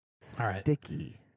Sticky